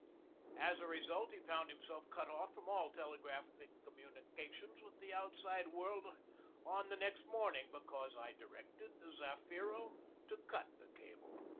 as a result he found himself cut off from all telegraphic communication with the outside world on the next morning, because i directed the zafiro to cut the cable.